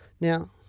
Now